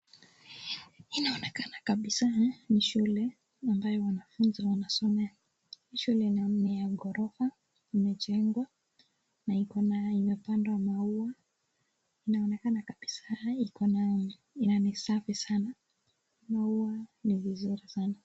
Inaonekana kabisa ni shule ambayo wanafunzi wanasomea. Ni shule ina ngorofa, imejengwa na iko na ina pando la maua. Inaonekana kabisa iko na inasafi sana. Maua ni vizuri sana.